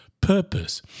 purpose